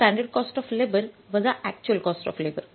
standard cost of labour वजा actual cost of labour